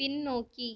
பின்னோக்கி